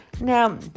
Now